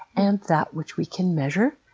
and that which we can measure,